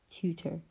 tutor